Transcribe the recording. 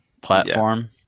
platform